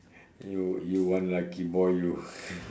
you you one lucky boy you